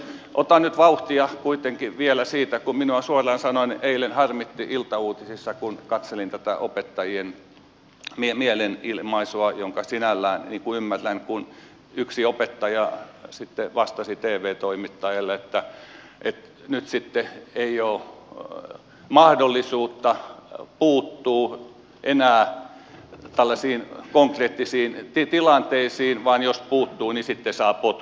otan nyt vauhtia kuitenkin vielä siitä kun minua suoraan sanoen eilen harmitti kun iltauutisissa katselin tätä opettajien mielenilmaisua jonka sinällään ymmärrän kun yksi opettaja sitten vastasi tv toimittajalle että nyt sitten ei ole enää mahdollisuutta puuttua tällaisiin konkreettisiin tilanteisiin ja jos puuttuu niin sitten saa potkut